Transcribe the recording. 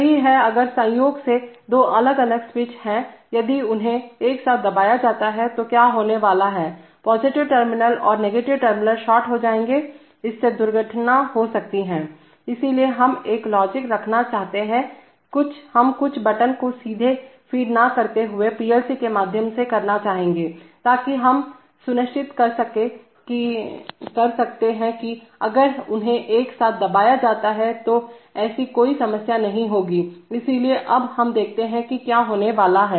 यही है अगर संयोग से दो अलग अलग स्विच हैं यदि उन्हें एक साथ दबाया जाता है तो क्या होने वाला हैपॉजिटिव टर्मिनल और नेगेटिव टर्मिनल शॉर्ट हो जाएंगे इससे दुर्घटना हो सकती है इसलिए हम एक लॉजिक रखना चाहते हैंहम कुछ बटन को सीधे फीड ना करते हुए पीएलसी के माध्यम से करना चाहेंगे ताकि हम सुनिश्चित कर सकते हैं कि अगर उन्हें एक साथ दबाया जाता है तो ऐसी कोई समस्या नहीं होगी इसलिए अब हम देखते हैं कि क्या होने वाला है